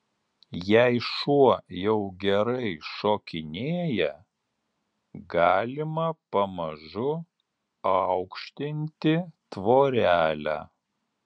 jei šuo jau gerai šokinėja galima pamažu aukštinti tvorelę